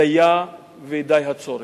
דיה ודי הצורך.